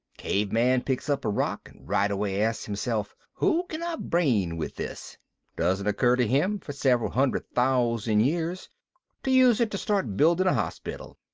cave man picks up a rock and right away asks himself, who can i brain with this doesn't occur to him for several hundred thousand years to use it to start building a hospital.